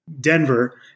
Denver